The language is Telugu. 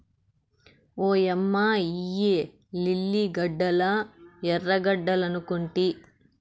ఓయమ్మ ఇయ్యి లిల్లీ గడ్డలా ఎర్రగడ్డలనుకొంటి